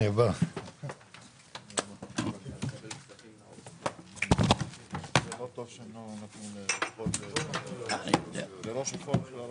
10:45.